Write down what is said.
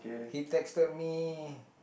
he texted me